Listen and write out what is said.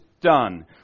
done